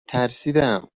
ترسیدم